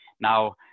Now